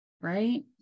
right